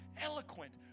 eloquent